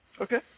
Okay